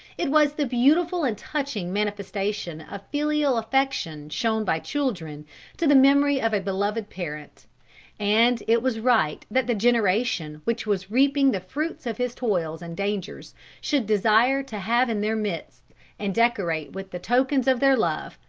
it was the beautiful and touching manifestation of filial affection shown by children to the memory of a beloved parent and it was right that the generation which was reaping the fruits of his toils and dangers should desire to have in their midst and decorate with the tokens of their love,